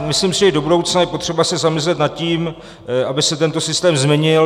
Myslím si, že do budoucna je potřeba se zamyslet nad tím, aby se tento systém změnil.